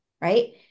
right